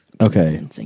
Okay